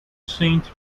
saint